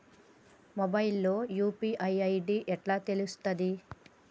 Mobile లో UPI ID ఎట్లా తెలుస్తది?